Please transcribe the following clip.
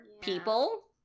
people